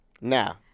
now